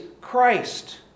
Christ